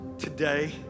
Today